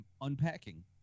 unpacking